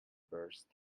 burst